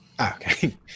Okay